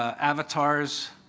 avatars.